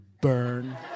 burn